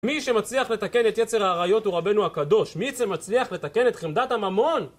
מי שמצליח לתקן את יצר העריות הוא רבנו הקדוש מי שמצליח לתקן את חמדת הממון?